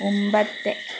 മുൻപത്തെ